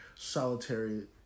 Solitary